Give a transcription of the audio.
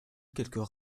quelques